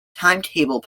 timetable